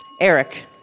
Eric